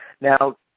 Now